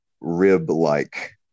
rib-like